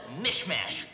mishmash